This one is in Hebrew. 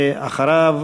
ואחריו,